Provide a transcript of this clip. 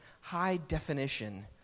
high-definition